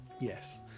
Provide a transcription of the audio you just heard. yes